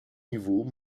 niveaux